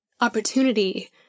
opportunity